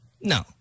No